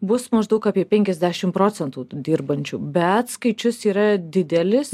bus maždaug apie penkiasdešimt procentų dirbančių bet skaičius yra didelis